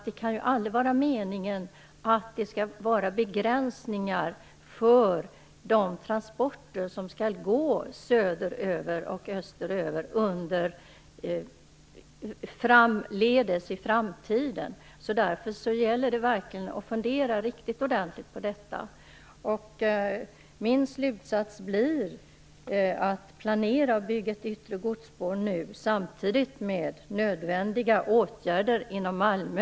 Det kan aldrig vara meningen att de transporter som skall gå söder och österöver skall begränsas i framtiden. Det gäller därför att verkligen fundera riktigt ordentligt på detta. Min slutsats blir denna: Planera och bygg ett yttre godsspår nu, samtidigt som nödvändiga åtgärder vidtas inom Malmö.